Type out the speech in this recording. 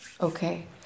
okay